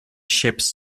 ships